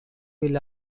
will